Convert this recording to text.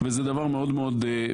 וזה דבר מאוד מרכזי.